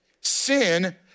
Sin